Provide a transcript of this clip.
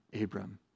Abram